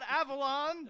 Avalon